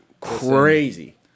crazy